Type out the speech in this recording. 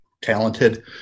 talented